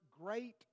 great